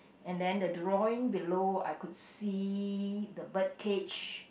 and then the drawing below I could see the bird cage